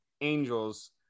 angels